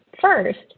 First